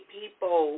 people